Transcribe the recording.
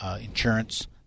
insurance